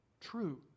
true